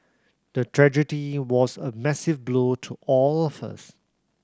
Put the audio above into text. the tragedy was a massive blow to all of us